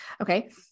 Okay